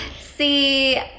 See